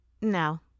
no